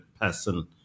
person